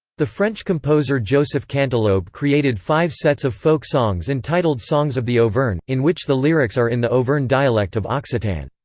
the french composer joseph canteloube created five sets of folk songs entitled songs of the auvergne, in which the lyrics are in the auvergne dialect of occitan.